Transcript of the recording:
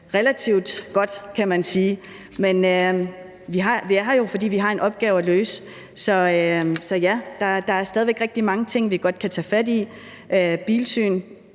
relativt godt, kan man sige. Men vi er her jo, fordi vi har en opgave at løse, så ja, der er stadig rigtig mange ting, vi godt kan tage fat i, f.eks.